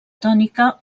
tònica